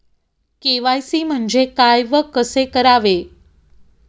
KYC म्हणजे काय व कसे करावे?